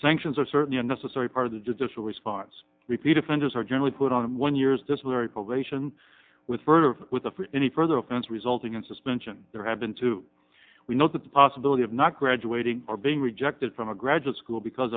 sanctions are certainly a necessary part of the judicial response repeat offenders are generally put on one years disciplinary publication with further with a for any further offense resulting in suspension there have been two we know that the possibility of not graduating or being rejected from a graduate school because